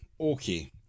okay